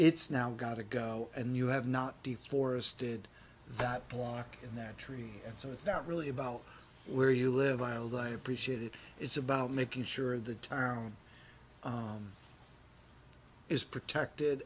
it's now got to go and you have not the forested that block in that tree and so it's not really about where you live i know that i appreciate it it's about making sure the town is protected